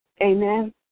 Amen